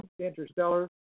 Interstellar